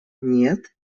нет